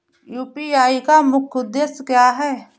UPI का मुख्य उद्देश्य क्या है?